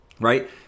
right